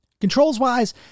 Controls-wise